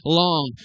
long